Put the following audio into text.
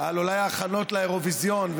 על ההכנות לאירוויזיון,